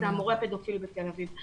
זה המורה הפדופיל בתל אביב.